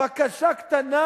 בקשה קטנה